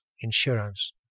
insurance